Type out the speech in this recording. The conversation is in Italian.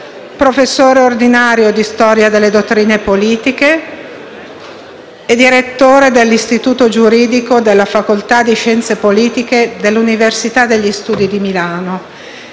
professore ordinario di storia delle dottrine politiche, direttore dell'Istituto giuridico della facoltà di scienze politiche e dell'Università degli studi di Milano